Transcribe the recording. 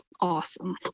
awesome